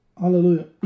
hallelujah